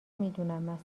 میدونم